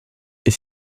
est